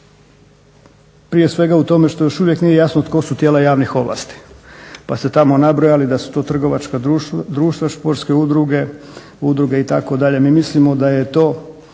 prije svega u tome što još uvijek nije jasno tko su tijela javnih ovlasti, pa ste tamo nabrojali da su to trgovačka društva, športske udruge itd. Mi mislimo da je to